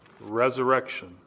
Resurrection